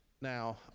Now